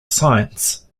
science